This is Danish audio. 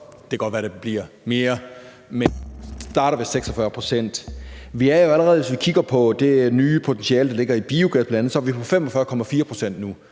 Det kan godt være, det bliver mere, men det starter ved 46 pct. Hvis vi kigger på det nye potentiale, der bl.a. ligger i biogas, så er vi nu på 45,4 pct.